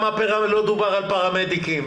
גם לא דובר על פראמדיקים.